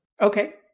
Okay